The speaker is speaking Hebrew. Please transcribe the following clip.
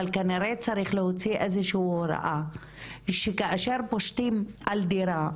אבל כנראה צריך להוציא איזושהי הוראה שכאשר פושטים על דירה,